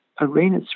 arena